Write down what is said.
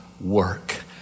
work